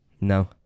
no